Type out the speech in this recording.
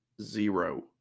Zero